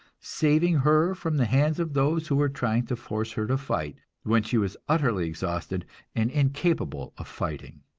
saving her from the hands of those who were trying to force her to fight, when she was utterly exhausted and incapable of fighting.